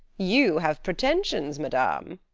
you have pretensions, madame.